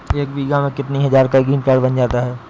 एक बीघा में कितनी हज़ार का ग्रीनकार्ड बन जाता है?